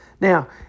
Now